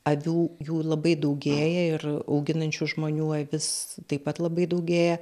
avių jų labai daugėja ir auginančių žmonių avis taip pat labai daugėja